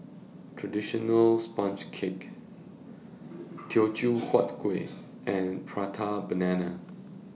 Traditional Sponge Cake Teochew Huat Kuih and Prata Banana